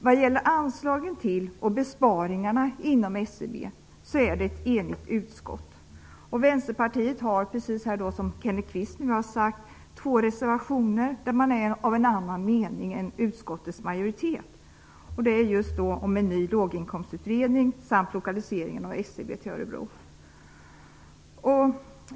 Vad gäller anslagen till och besparingarna inom SCB är utskottet enigt. Vänsterpartiet har, precis som Kenneth Kvist sade, i två reservationer en annan mening än utskottets majoritet. Det gäller en ny låginkomstutredning samt lokalisering av SCB till Örebro.